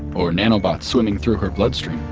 or nanorobots swimming through her bloodstream?